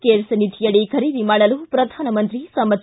CARES ನಿಧಿಯಡಿ ಖರೀದಿ ಮಾಡಲು ಪ್ರಧಾನಮಂತ್ರಿ ಸಮ್ನತಿ